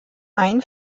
ein